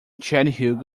chad